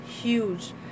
huge